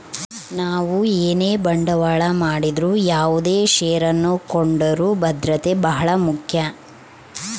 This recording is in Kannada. ನಾವು ಏನೇ ಬಂಡವಾಳ ಮಾಡಿದರು ಯಾವುದೇ ಷೇರನ್ನು ಕೊಂಡರೂ ಭದ್ರತೆ ಬಹಳ ಮುಖ್ಯ